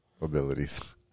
abilities